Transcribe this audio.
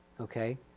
okay